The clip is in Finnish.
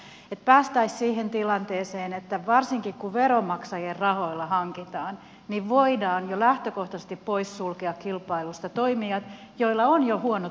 mutta jotta päästäisiin siihen tilanteeseen varsinkin kun veronmaksajien rahoilla hankitaan niin voidaan jo lähtökohtaisesti poissulkea kilpailusta toimijat joilla on jo huono rekordi